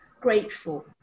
grateful